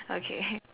okay